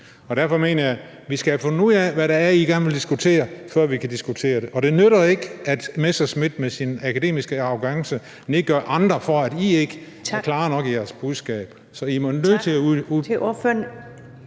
Derfor mener jeg, at vi skal have fundet ud af, hvad det er, I gerne vil diskutere, før vi kan diskutere det. Og det nytter ikke, at Morten Messerschmidt med sin akademiske arrogance nedgør andre, fordi I ikke er klare nok i jeres budskab (Første næstformand